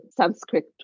Sanskrit